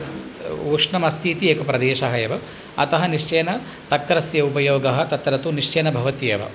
उष्णमस्ति इति एकप्रदेशः एव अतः निश्चयेन तक्रस्य उपयोगः तत्र तु निश्चयेन भवति एव